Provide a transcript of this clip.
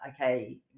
okay